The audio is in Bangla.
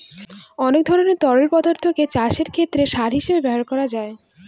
অনেক ধরনের তরল পদার্থকে চাষের ক্ষেতে সার হিসেবে ব্যবহার করা যায়